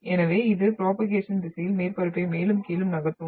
எனவே இது ப்ரோபோகேஷன் திசையில் மேற்பரப்பை மேலும் கீழும் நகர்த்தும்